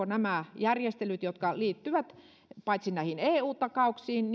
nämä järjestelyt jotka liittyvät näihin eu takauksiin